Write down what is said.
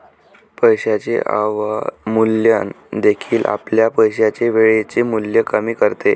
पैशाचे अवमूल्यन देखील आपल्या पैशाचे वेळेचे मूल्य कमी करते